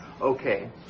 okay